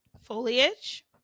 Foliage